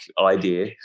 idea